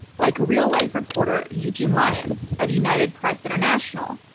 like real-life reporter eugene lyons of united press international,